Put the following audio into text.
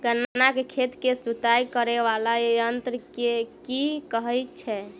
गन्ना केँ खेत केँ जुताई करै वला यंत्र केँ की कहय छै?